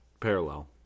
parallel